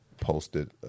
posted